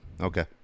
Okay